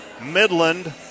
Midland